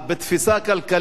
בתפיסה כלכלית